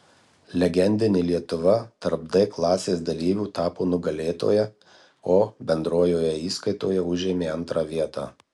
legendinė lietuva tarp d klasės dalyvių tapo nugalėtoja o bendrojoje įskaitoje užėmė antrą vietą